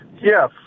Yes